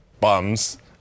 bums